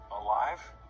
alive